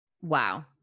wow